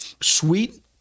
Sweet